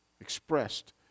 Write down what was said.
expressed